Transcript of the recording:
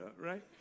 right